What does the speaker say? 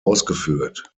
ausgeführt